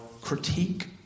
critique